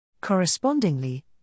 Correspondingly